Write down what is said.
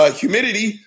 humidity